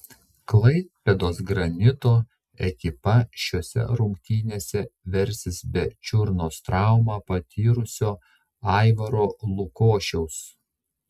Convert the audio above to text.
klaipėdos granito ekipa šiose rungtynėse versis be čiurnos traumą patyrusio aivaro lukošiaus